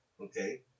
okay